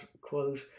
quote